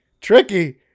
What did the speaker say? Tricky